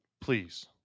please